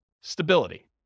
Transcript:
stability